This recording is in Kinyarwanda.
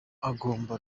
agomba